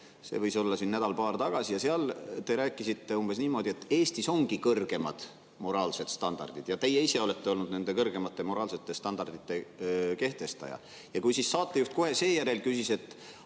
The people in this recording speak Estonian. see võis olla nädal-paar tagasi, ja seal te rääkisite umbes niimoodi, et Eestis ongi kõrgemad moraalsed standardid ja teie ise olete olnud nende kõrgemate moraalsete standardite kehtestaja. Ja kui saatejuht kohe seejärel küsis teie